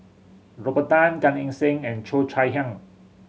Robert Tan Gan Eng Seng and Cheo Chai Hiang